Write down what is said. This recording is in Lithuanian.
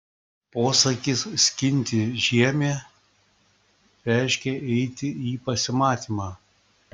posakis skinti žiemę reiškė eiti į pasimatymą